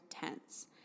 tense